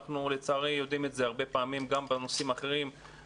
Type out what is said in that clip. אנחנו לצערי יודעים את זה הרבה פעמים גם בנושאים אחרים,